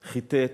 חיטט,